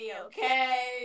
okay